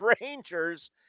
Rangers